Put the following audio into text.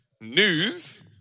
news